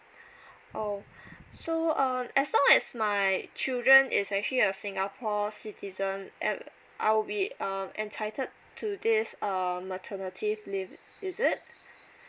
oh so um as long as my children is actually a singapore citizen eh I'll be um entitled to this uh maternity leave is it